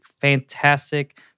fantastic